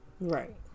Right